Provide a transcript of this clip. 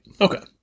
Okay